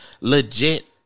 legit